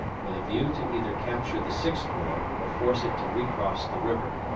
with a view to either capture the sixth corps or force it to recross the river.